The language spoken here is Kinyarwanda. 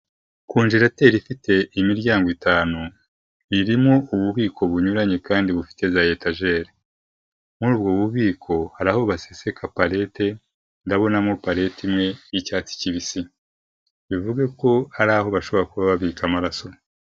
Konjerateri ifite imiryango itanu. Irimo ububiko bunyuranye kandi bufite za etajeri. Muri ubwo bubiko hari aho baseseka palete, ndabonamo palete imwe y'icyatsi kibisi. Bivuze ko hari aho bashobora kuba babika amaraso.